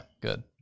good